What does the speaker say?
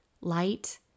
light